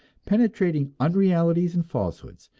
penetrating unrealities and falsehoods,